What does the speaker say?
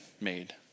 made